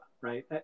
Right